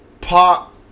pop